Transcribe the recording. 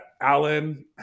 Alan